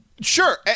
Sure